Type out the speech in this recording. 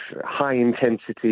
high-intensity